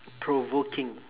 provoking